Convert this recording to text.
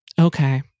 Okay